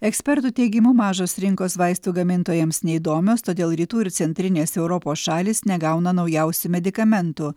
ekspertų teigimu mažos rinkos vaistų gamintojams neįdomios todėl rytų ir centrinės europos šalys negauna naujausių medikamentų